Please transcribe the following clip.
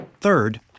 Third